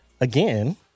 again